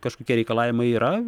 kažkokie reikalavimai yra